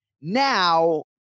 Now